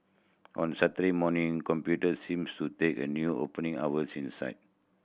on Saturday morning computers seemed to take a new opening hours in the side